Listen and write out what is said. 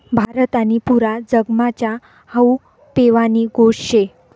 भारत आणि पुरा जगमा च्या हावू पेवानी गोट शे